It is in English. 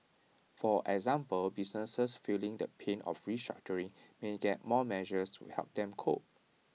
for example businesses feeling the pain of restructuring may get more measures to help them cope